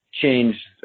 changed